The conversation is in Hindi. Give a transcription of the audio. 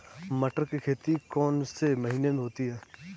मटर की खेती कौन से महीने में होती है?